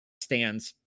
stands